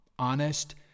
Honest